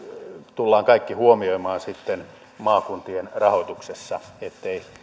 tullaan kaikki huomioimaan sitten maakuntien rahoituksessa ettei